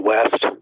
West